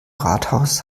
rathaus